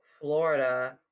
Florida